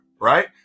right